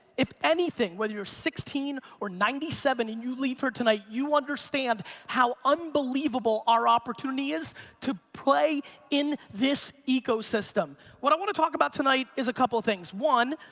if anything whether you're sixteen or ninety seven and you leave here tonight you understand how unbelievable our opportunity is to play in this ecosystem. what i want to talk about tonight is a couple of things. one,